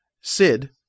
Sid